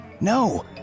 No